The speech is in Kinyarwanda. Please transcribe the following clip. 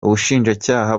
ubushinjacyaha